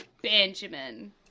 Benjamin